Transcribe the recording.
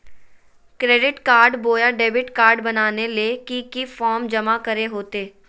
Credit card बोया debit card बनाने ले की की फॉर्म जमा करे होते?